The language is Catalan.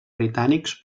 britànics